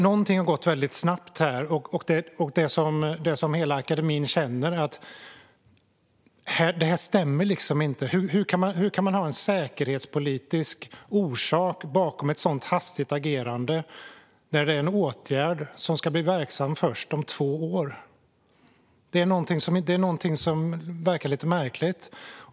Någonting har gått väldigt snabbt här, och det som hela akademin känner är att det här liksom inte stämmer. Hur kan man ha en säkerhetspolitisk orsak bakom ett sådant hastigt agerande när det är en åtgärd som ska bli verksam först om två år? Det är någonting som verkar lite märkligt.